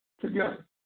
together